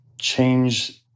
change